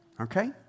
okay